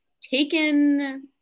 taken